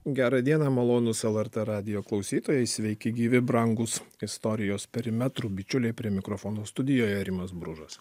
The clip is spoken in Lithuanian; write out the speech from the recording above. gerą dieną malonūs lrt radijo klausytojai sveiki gyvi brangūs istorijos perimetrų bičiuliai prie mikrofono studijoje rimas bružas